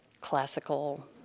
classical